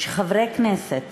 שחברי כנסת